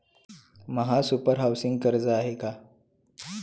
महासुपर हाउसिंग कर्ज आहे का?